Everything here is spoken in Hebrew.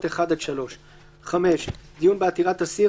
(1) עד (3); (5)דיון בעתירת אסיר,